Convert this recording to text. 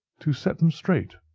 to set them straight.